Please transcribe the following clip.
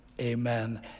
Amen